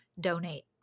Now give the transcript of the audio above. donate